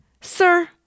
Sir